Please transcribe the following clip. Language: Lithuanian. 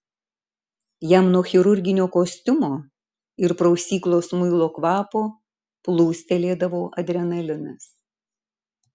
jam nuo chirurginio kostiumo ir prausyklos muilo kvapo plūstelėdavo adrenalinas